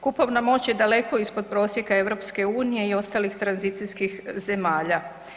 Kupovna moć je daleko ispod prosjeka EU-a i ostalih tranzicijskih zemalja.